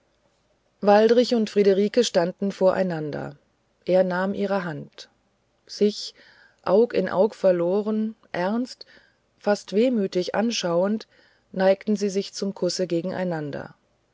waldrich und friederike standen voreinander er nahm ihre hand sich aug in auge verloren ernst fast wehmütig anschauend neigten sie sich zum kusse gegeneinander